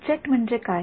object म्हणजे काय